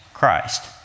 Christ